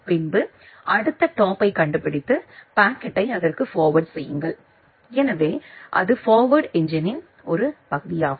பின்பு அடுத்த டாப்யை கண்டுபிடித்து பாக்கெட்யை அதற்கு ஃபார்வேர்ட் செய்யுங்கள் எனவே அது ஃபார்வேர்டு என்ஜினின் ஒரு பகுதியாகும்